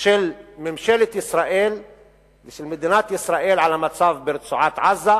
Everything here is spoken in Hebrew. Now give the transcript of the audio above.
של ממשלת ישראל ושל מדינת ישראל למצב ברצועת-עזה,